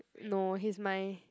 no he's my